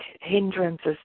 hindrances